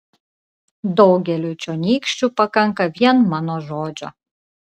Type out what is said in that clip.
daugeliui čionykščių pakanka vien mano žodžio